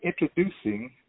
introducing